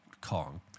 Kong